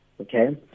Okay